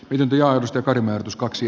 ylityöosta kymmenen tuskaksi